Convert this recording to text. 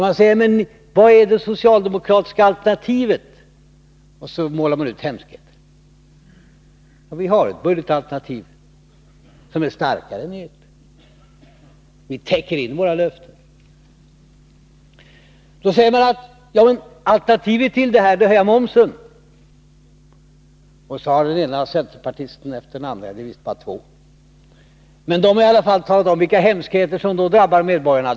Man frågar: Vad är det socialdemokratiska alternativet? Så målar man ut hemskheter. Vi har ett budgetalternativ som är starkare än ert. Vi täcker in våra löften. Då säger man att alternativet till detta är att höja momsen. Så säger den ena centerpartisten efter den andra — ja, det är visst bara två. Men de har i alla fall talat om vilka hemskheter som drabbar medborgarna.